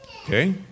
Okay